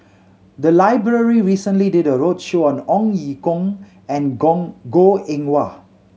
the library recently did a roadshow on Ong Ye Kung and Gong Goh Eng Wah